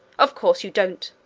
of course you don't!